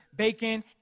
Bacon